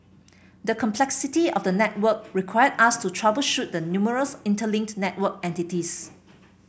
the complexity of the network required us to troubleshoot the numerous interlinked network entities